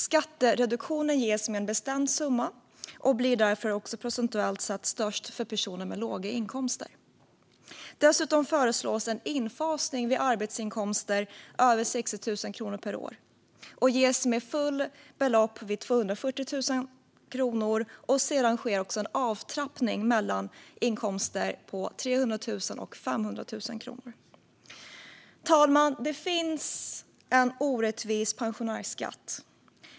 Skattereduktionen ges med en bestämd summa och blir därför procentuellt störst för personer med låga inkomster. Dessutom föreslås en infasning vid arbetsinkomster över 60 000 kronor per år och att skattereduktionen ges med fullt belopp vid 240 000 kronor. Sedan sker en avtrappning vid inkomster på 300 000-500 000 kronor. Herr ålderspresident! Det finns en orättvis pensionärsskatt.